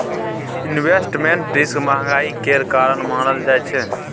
investment risk महंगाई केर कारण मानल जाइ छै